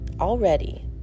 already